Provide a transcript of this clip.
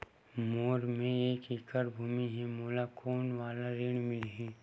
मोर मेर एक एकड़ भुमि हे मोला कोन वाला ऋण मिलही?